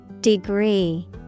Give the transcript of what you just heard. Degree